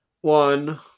one